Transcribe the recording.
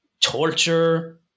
torture